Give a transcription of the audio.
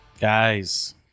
Guys